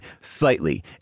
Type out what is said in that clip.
slightly